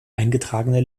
eingetragene